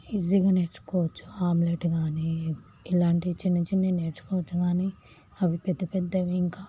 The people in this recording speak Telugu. ఈజీగా నేర్చుకోవచ్చు ఆమ్లెట్ గానీ ఇలాంటివి చిన్న చిన్నవి నేర్చుకోవచ్చు కానీ అవి పెద్ద పెద్దవి ఇంకా